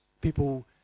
people